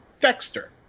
Dexter